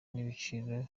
n’ibiciro